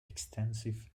extensive